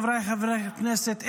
חבריי חברי הכנסת,